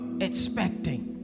expecting